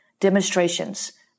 demonstrations